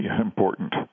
important